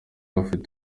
bafitiye